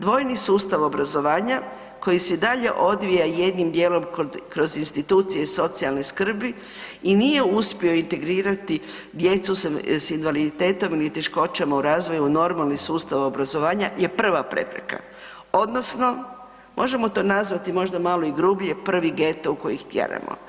Dvojni sustav obrazovanja koji se dalje odvija jednim djelom kroz institucije socijalne skrbi i nije uspio integrirati djecu sa invaliditetom ni teškoćama u razvoju, normalni sustav obrazovanja je prva prepreka odnosno možemo to nazvati možda malo i grublje, prvi geto u koji ih tjeramo.